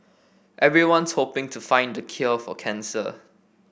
everyone's hoping to find the cure for cancer